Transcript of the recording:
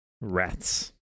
Rats